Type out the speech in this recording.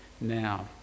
now